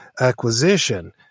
acquisition